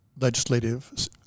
legislative